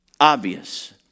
obvious